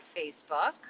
Facebook